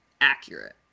accurate